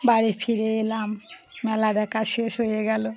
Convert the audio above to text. বাড়ি ফিরে এলাম মেলা দেখা শেষ হয়ে গেলো